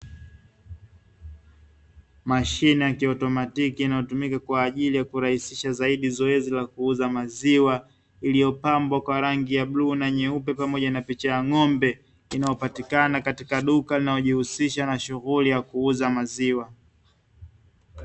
Mashine ya kiautomatiki inayotumika zaidi kurahisisha zoezi la kuuza maziwa, iliyopambwa kwa rangi ya bluu na nyeupe pamoja na picha ya ng'ombe inayopatikana katika duka linalojihusisha na shughuli ya kuuza maziwa.